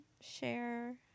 share